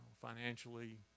financially